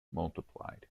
multiplied